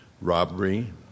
robbery